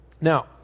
Now